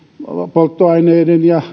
polttoaineiden ja